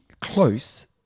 close